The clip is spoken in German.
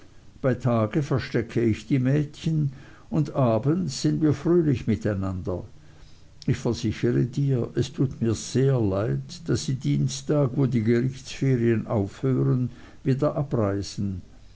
bei tage verstecke ich die mädchen und abends sind wir fröhlich miteinander ich versichere dir es tut mir sehr leid daß sie dienstag wo die gerichtsferien aufhören wieder abreisen